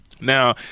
now